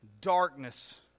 darkness